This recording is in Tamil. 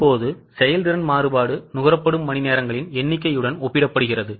இப்போது செயல்திறன் மாறுபாடு நுகரப்படும் மணிநேரங்களின் எண்ணிக்கையுடன் ஒப்பிடப்படுகிறது